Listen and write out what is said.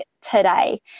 today